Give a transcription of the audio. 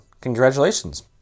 congratulations